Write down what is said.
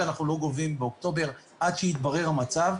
אנחנו לא נגבה באוקטובר עד שיתברר המצב.